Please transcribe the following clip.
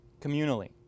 communally